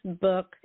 book